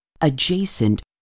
adjacent